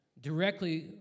directly